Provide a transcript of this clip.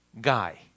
guy